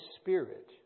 spirit